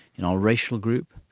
in our racial group.